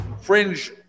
Fringe